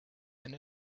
and